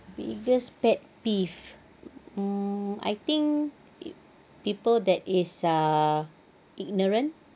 biggest pet peeve hmm I think people that is uh ignorant